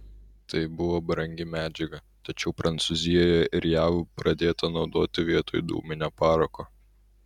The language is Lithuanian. tai buvo brangi medžiaga tačiau prancūzijoje ir jav pradėta naudoti vietoj dūminio parako